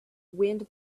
wind